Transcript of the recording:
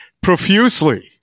profusely